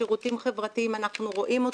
לשירותים חברתיים שאנחנו רואים אותם,